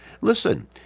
Listen